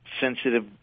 sensitive